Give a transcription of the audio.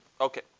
Okay